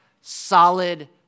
solid